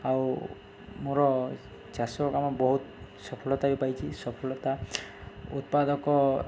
ଆଉ ମୋର ଚାଷ କାମ ବହୁତ ସଫଳତା ବି ପାଇଛି ସଫଳତା ଉତ୍ପାଦକ